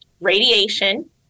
radiation